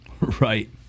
Right